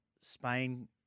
Spain